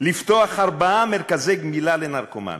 לפתוח ארבעה מרכזי גמילה לנרקומנים.